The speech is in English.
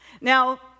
Now